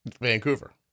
Vancouver